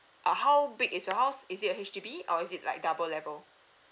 uh how big is your house is it a H_D_B or is it like double level